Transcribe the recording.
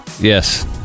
Yes